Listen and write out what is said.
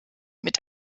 mit